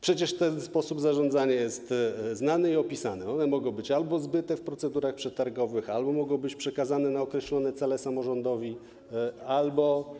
Przecież ten sposób zarządzania jest znany i opisany - one mogą być albo zbyte w procedurach przetargowych, albo mogą być przekazane na określone cele samorządowi, albo.